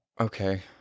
okay